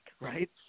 right